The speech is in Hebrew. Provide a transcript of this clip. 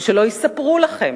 ושלא יספרו לכם